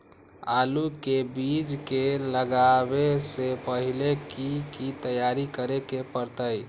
आलू के बीज के लगाबे से पहिले की की तैयारी करे के परतई?